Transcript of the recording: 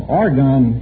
argon